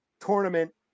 tournament